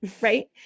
right